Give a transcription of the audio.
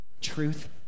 Truth